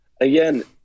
again